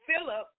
Philip